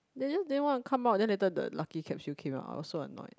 they just didn't wanna come out then later the lucky capsule came out I was so annoyed